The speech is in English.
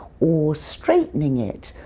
or straightening it,